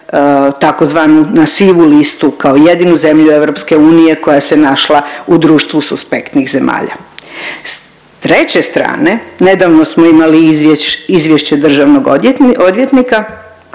tzv. na sivu listu kao jedini zemlju EU koja se našla u društvu suspektnih zemalja. S treće strane nedavno smo imali izvješće državnog odvjetnika,